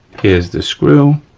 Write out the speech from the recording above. here's the screw.